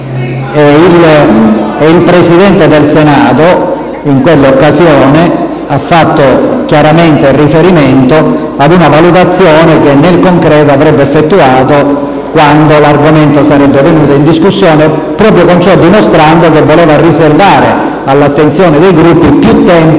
Il Presidente del Senato in quell'occasione ha fatto chiaramente riferimento ad una valutazione che avrebbe effettuato in concreto quando l'argomento fosse venuto in discussione, con ciò dimostrando che voleva riservare all'attenzione dei Gruppi più tempo